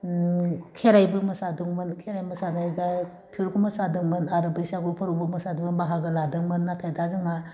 खेराइबो मोसादोंमोन खेराइ मोसानाय दा फिफोरखौ मोसादोंमोन आरो बैसागु फोरबो मोसादों बाहागो लादोंमोन नाथाय दा जोंना